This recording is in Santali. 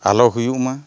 ᱟᱞᱚ ᱦᱩᱭᱩᱜ ᱢᱟ